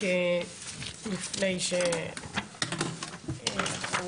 ברור לי שכל